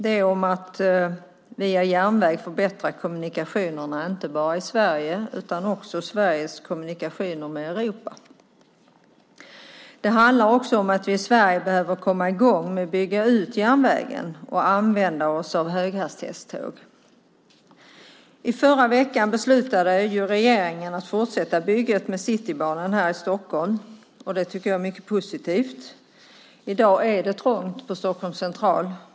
Det handlar om att via järnväg förbättra kommunikationerna inte bara i Sverige utan också Sveriges kommunikationer med Europa. Det handlar också om att vi i Sverige behöver komma i gång med att bygga ut järnvägen och använda oss av höghastighetståg. I förra veckan beslutade regeringen att fortsätta bygga Citybanan här i Stockholm, vilket jag tycker är mycket positivt. I dag är det trångt på Stockholms central.